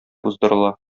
уздырыла